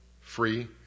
free